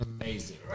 Amazing